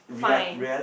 fine